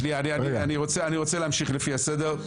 שנייה, אני רוצה להמשיך לפי הסדר.